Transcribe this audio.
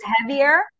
heavier